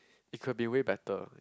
it could be way better